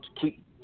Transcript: keep